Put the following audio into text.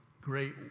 great